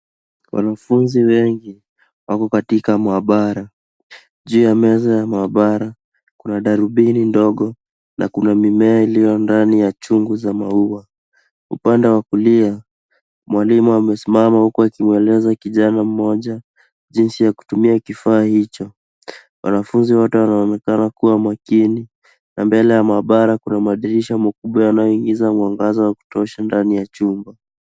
Wanafunzi wengi, wako katika maabara. Juu ya meza ya maabara kuna darubini ndogo na kuna mimea iliyo ndani ya chungu za maua. Upande wa kulia, mwalimu amesimama huku akimweleza kijana mmoja jinsi ya kutumia kifaa hicho. Wanafunzi wote wanaonekana kuwa makini na mbele ya maabara kuna madirisha makubwa yanayoingiza mwangaza wa kutosha ndani ya chumba.